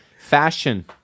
fashion